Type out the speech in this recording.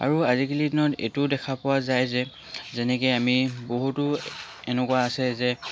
আৰু আজিকালি দিনত এইটোও দেখা পোৱা যায় যে যেনেকৈ আমি বহুতো এনেকুৱা আছে যে